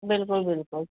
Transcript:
बिल्कुलु बिल्कुलु